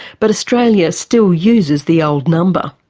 but australia still uses the old number.